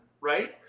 right